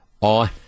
on